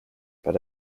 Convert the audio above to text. but